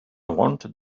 wanted